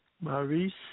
Maurice